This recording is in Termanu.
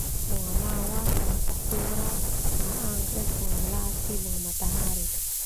Bunga Mawar, bunga sakura, bunga anggrek, bunga melati, bunga matahari.